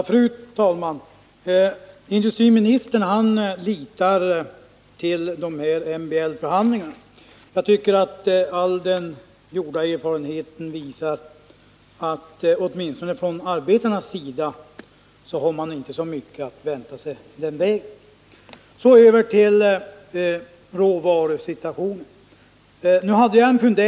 Fru talman! Industriministern litar till MBL-förhandlingar. Jag tycker att all erfarenhet visar att man åtminstone från arbetarnas sida inte har mycket att vänta sig den vägen. Så över till råvarusituationen.